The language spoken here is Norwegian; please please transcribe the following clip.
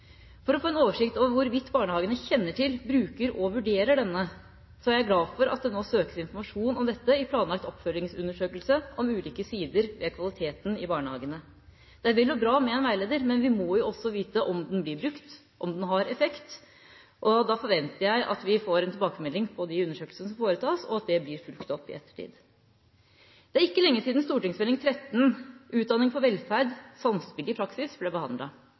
For å få en oversikt over hvorvidt barnehagene kjenner til, bruker og vurderer denne, er jeg glad for at det nå søkes informasjon om dette i planlagt oppfølgingsundersøkelse om ulike sider ved kvaliteten i barnehagene. Det er vel og bra med en veileder, men vi må også vite om den blir brukt, om den har effekt, og da forventer jeg at vi får en tilbakemelding på de undersøkelsene som foretas, og at det blir fulgt opp i ettertid. Det er ikke lenge siden Meld. St. 13 for 2011–2012 Utdanning for velferd, Samspill i praksis, ble